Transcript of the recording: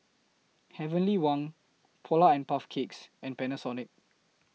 Heavenly Wang Polar and Puff Cakes and Panasonic